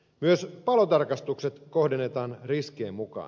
myös palotarkastukset kohdennetaan riskien mukaan